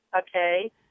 Okay